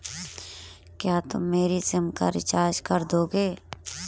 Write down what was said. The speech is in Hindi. क्या तुम मेरी सिम का रिचार्ज कर दोगे?